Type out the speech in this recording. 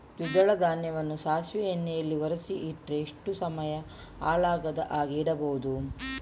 ದ್ವಿದಳ ಧಾನ್ಯವನ್ನ ಸಾಸಿವೆ ಎಣ್ಣೆಯಲ್ಲಿ ಒರಸಿ ಇಟ್ರೆ ಎಷ್ಟು ಸಮಯ ಹಾಳಾಗದ ಹಾಗೆ ಇಡಬಹುದು?